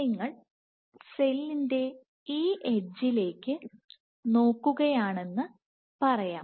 നിങ്ങൾ സെല്ലിന്റെ ഈ എഡ്ജിലേക്ക് നോക്കുകയാണെന്ന് പറയാം